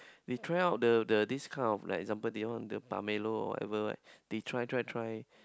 they try out the the this kind of like example they want the pomelo or whatever right they try try try